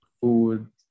food